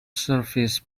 service